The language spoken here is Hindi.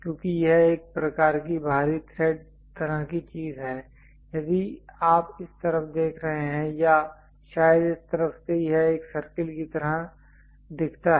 क्योंकि यह एक प्रकार की बाहरी थ्रेड तरह की चीज है यदि आप इस तरफ देख रहे हैं या शायद इस तरफ से यह एक सर्कल की तरह दिखता है